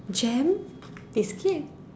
jam biscuit